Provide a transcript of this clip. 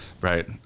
right